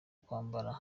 kwambara